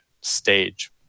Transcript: stage